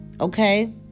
okay